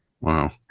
Wow